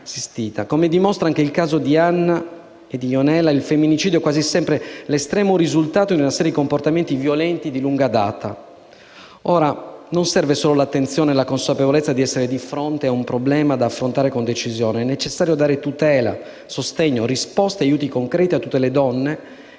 Come dimostrano anche i casi di Anna e di Ionela, il femminicidio è quasi sempre l'estremo risultato di una serie di comportamenti violenti di lunga data. Non serve solo l'attenzione e la consapevolezza di essere di fronte ad un problema da affrontare con decisione, ma è necessario dare tutela, sostegno, risposte e aiuti concreti a tutte le donne